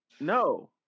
no